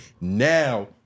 Now